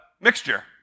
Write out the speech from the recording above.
mixture